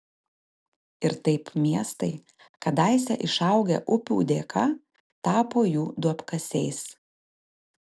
ir taip miestai kadaise išaugę upių dėka tapo jų duobkasiais